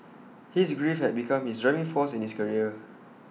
his grief had become his driving force in his career